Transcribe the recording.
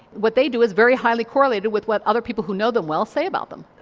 what they do is very highly correlated with what other people who know them well say about them.